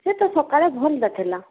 ସେ ତ ସକାଳେ ଭଲରେ ଥିଲା